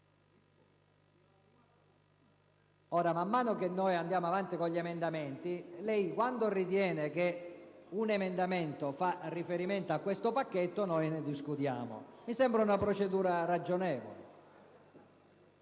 Man mano che andiamo avanti con gli emendamenti, quando lei riterrà che un emendamento faccia riferimento a questo pacchetto ne discuteremo. Mi sembra una procedura ragionevole.